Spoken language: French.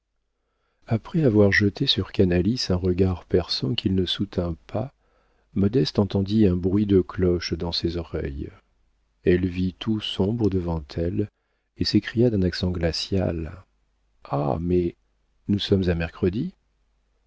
après avoir jeté sur canalis un regard perçant qu'il ne soutint pas modeste entendit un bruit de cloches dans ses oreilles elle vit tout sombre devant elle et s'écria d'un accent glacial ah mais nous sommes à mercredi